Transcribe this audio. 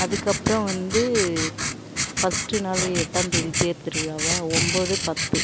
அதுக்கப்புறம் வந்து ஃபஸ்ட்டு நாளே எட்டாம்தேதி தேர்த் திருவிழாவா ஒன்போது பத்து